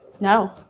no